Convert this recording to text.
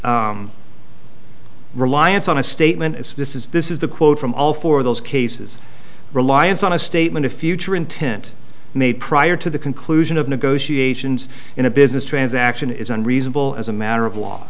when reliance on a statement is this is this is the quote from all four of those cases reliance on a statement of future intent made prior to the conclusion of negotiations in a business transaction is unreasonable as a matter of law